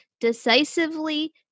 Decisively